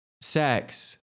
sex